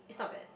it's not bad